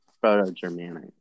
Proto-Germanic